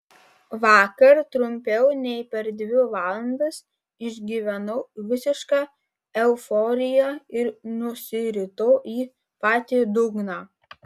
vakar trumpiau nei per dvi valandas išgyvenau visišką euforiją ir nusiritau į patį dugną